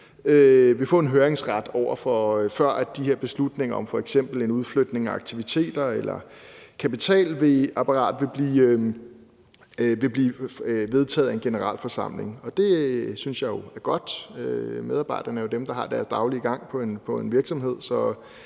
og få en høringsret, før de her beslutninger om f.eks. en udflytning af aktiviteter eller kapitalapparat vil blive vedtaget af en generalforsamling. Og det synes jeg er godt. Medarbejderne er jo dem, der har deres daglige gang på en virksomhed,